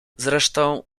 zresztą